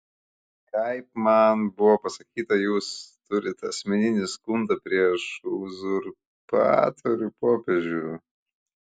kaip man buvo pasakyta jūs turite asmeninį skundą prieš uzurpatorių popiežių